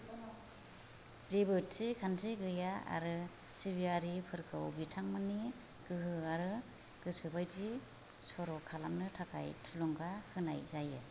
जेबो थि खान्थि गैया आरो सिबियारिफोरखौ बिथांमोननि गोहो आरो गोसोबायदि सर' खालामनो थाखाय थुलुंगा होनाय जायो